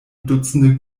dutzende